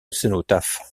cénotaphe